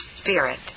spirit